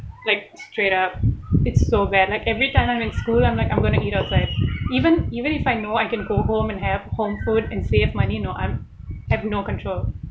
like straight up it's so bad like every time I'm in school like I'm like I'm going to eat outside even even if I know I can go home and have home food and save money no I'm have no control